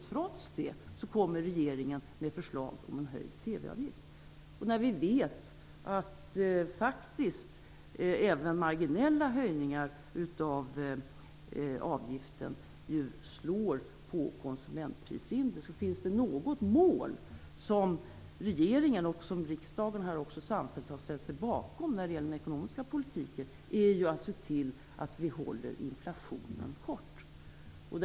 Trots det kommer regeringen med förslag om en höjd TV-avgift. Vi vet att även marginella höjningar av avgiften slår på konsumentprisindex. Finns det något mål som regeringen och riksdagen samfällt har ställt sig bakom när det gäller den ekonomiska politiken är det att se till att vi håller inflationen kort.